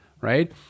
right